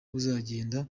buzagenda